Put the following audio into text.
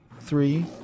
three